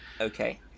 Okay